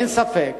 אין ספק